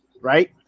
right